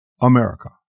America